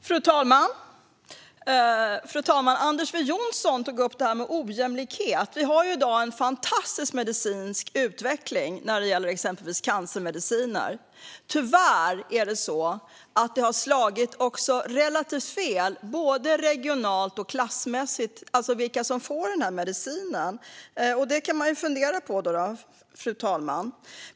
Fru talman! Anders W Jonsson tog upp detta med ojämlikhet. Vi har i dag en fantastisk medicinsk utveckling när det gäller exempelvis cancermediciner. Tyvärr har det slagit relativt fel både regionalt och klassmässigt i fråga om vilka som får dessa mediciner. Det kan man fundera på, fru talman.